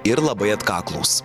ir labai atkaklūs